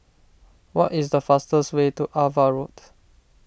what is the fastest way to Ava Road